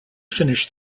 finished